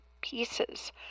pieces